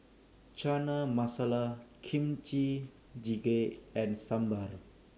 Chana Masala Kimchi Jjigae and Sambar